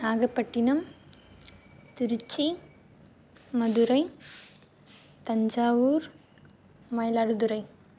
Nagapattinam Tiruchi Madurai Thanjavur Mayiladuthurai